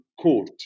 court